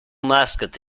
mascot